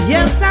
Yes